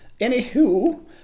Anywho